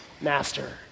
master